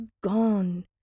gone